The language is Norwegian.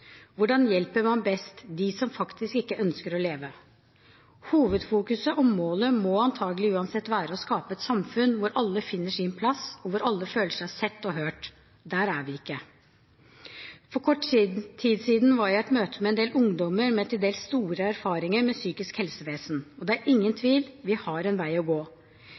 Hvordan hjelper man best dem som faktisk ikke ønsker å leve? Hovedfokuset og målet må antagelig uansett være å skape et samfunn hvor alle finner sin plass, og hvor alle føler seg sett og hørt. Der er vi ikke. For kort tid siden var jeg i et møte med en del ungdommer med til dels store erfaringer med det psykiske helsevesenet. Og det er ingen tvil – vi har en vei å gå.